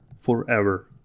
forever